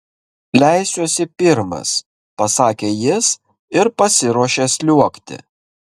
leisiuosi pirmas pasakė jis ir pasiruošė sliuogti